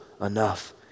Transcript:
enough